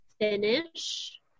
finish